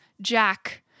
Jack